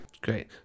great